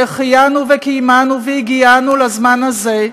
שהחיינו וקיימנו והגיענו לזמן הזה,